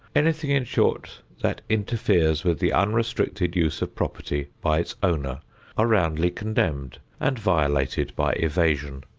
anything in short that interferes with the unrestricted use of property by its owner are roundly condemned and violated by evasion.